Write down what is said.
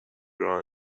راه